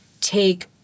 take